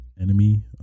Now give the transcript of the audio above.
enemy